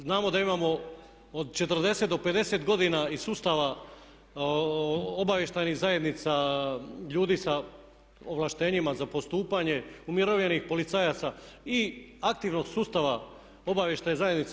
Znamo da imamo od 40 do 50 godina iz sustava obavještajnih zajednica ljudi sa ovlaštenjima za postupanje, umirovljenih policajaca i aktivnog sustava obavještajne zajednice.